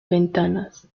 ventanas